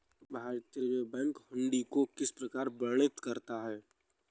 भारतीय Reserve Bank हुंडी को किस प्रकार वर्णित करता है?